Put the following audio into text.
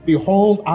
Behold